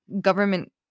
Government